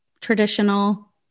traditional